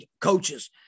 Coaches